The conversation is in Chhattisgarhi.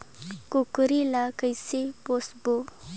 कूकरी ला कइसे पोसबो?